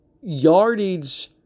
yardage